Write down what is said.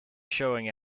showing